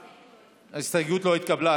ההסתייגות לא התקבלה.